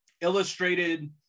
illustrated